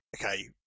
okay